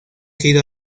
sido